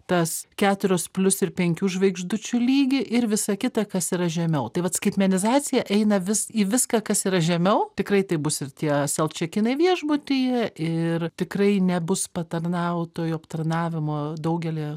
tas keturios plius ir penkių žvaigždučių lygį ir visa kita kas yra žemiau tai vat skaitmenizacija eina vis į viską kas yra žemiau tikrai tai bus ir tie selfčekinai viešbutyje ir tikrai nebus patarnautojo aptarnavimo daugelyje